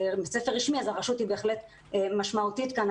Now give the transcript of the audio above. נותנת מקום זה בית ספר רשמי אז הרשות היא בהחלט משמעותית כאן.